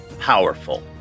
Powerful